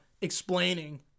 explaining